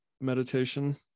meditation